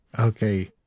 Okay